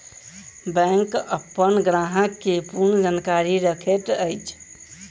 bank अपन ग्राहक के पूर्ण जानकारी रखैत अछि